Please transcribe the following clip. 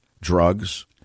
Drugs